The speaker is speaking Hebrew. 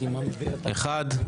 אחד.